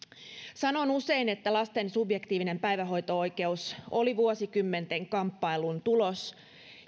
sanon usein että lasten subjektiivinen päivähoito oikeus oli vuosikymmenten kamppailun tulos